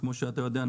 כמוש אתה יודע,